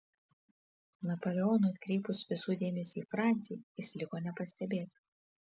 napoleonui atkreipus visų dėmesį į francį jis liko nepastebėtas